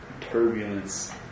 turbulence